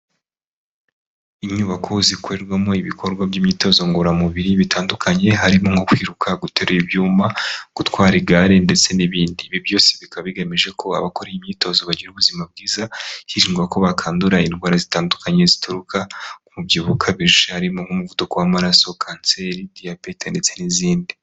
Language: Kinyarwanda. Inyubako zikorerwamo ibikorwa by'imyitozo ngororamubiri bitandukanye, harimo nko kwiruka, guterura ibyuma, gutwara igare ndetse n'ibindi, ibi byose bikaba bigamije ko abakora iyi myitozo bagira ubuzima bwiza, hirindwa ko bakwandura indwara zitandukanye zituruka ku mubyibuho ukabije, harimo nk'umuvuduko w'amaraso, kanseri, diyabete ndetse n'izindi.